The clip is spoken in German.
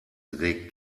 regt